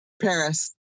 Paris